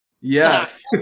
Yes